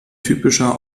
typischer